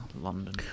London